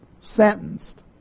sentenced